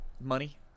Money